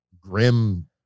grim